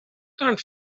can’t